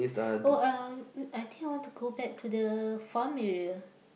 oh uh I think I want to go back to the farm area